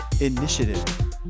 Initiative